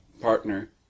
partner